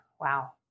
Wow